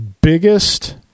biggest